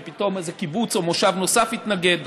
פתאום איזה קיבוץ או מושב נוסף התנגד,